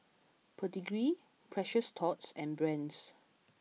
Pedigree Precious Thots and Brand's